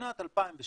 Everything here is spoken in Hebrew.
בשנת 2012